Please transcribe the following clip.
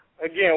Again